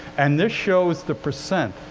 and this shows the percent.